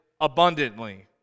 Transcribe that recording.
abundantly